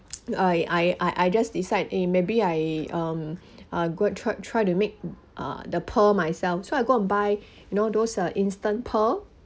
I I I just decide eh maybe I um uh go go to try to make uh the pearl myself so I go and buy you know those instant pearl